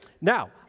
Now